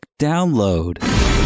download